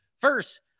first